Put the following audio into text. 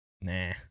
Nah